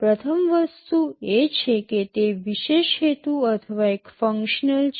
પ્રથમ વસ્તુ એ છે કે તે વિશેષ હેતુ અથવા એક ફંક્શનલ છે